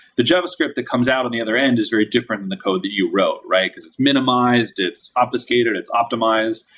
the javascript that comes out on the other end is very different than the code that you wrote, right? because it's minimalized. it's obfuscated. it's optimized.